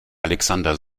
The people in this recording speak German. alexander